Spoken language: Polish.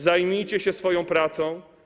Zajmijcie się swoją pracą.